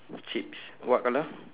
chips what colour